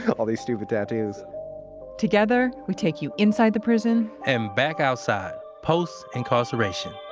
ah all these stupid tattoos together, we take you inside the prison, and back outside, post incarceration